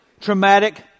traumatic